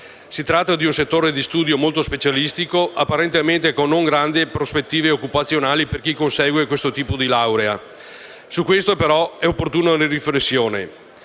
Si tratta di un settore di studio molto specialistico, apparentemente con non grandi prospettive occupazionali per chi consegue questo tipo di laurea. Su questo, però, è opportuna una riflessione.